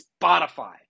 Spotify